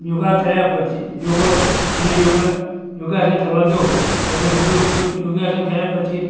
યોગા કર્યા પછી યોગ મને યોગા યોગાસન કરવા જાવ યોગાસન કર્યા પછી